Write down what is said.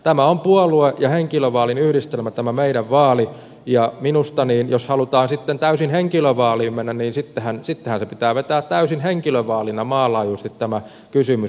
tämä on puolue ja henkilövaalin yhdistelmä tämä meidän vaali ja minusta jos halutaan täysin henkilövaaliin mennä niin sittenhän pitää vetää täysin henkilövaalina maanlaajuisesti tämä kysymys